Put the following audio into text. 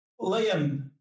Liam